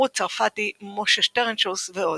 רות צרפתי, משה שטרנשוס ועוד.